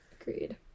Agreed